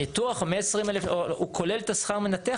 הניתוח 120,000 הוא כולל את שכר המנתח,